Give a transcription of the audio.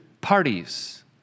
parties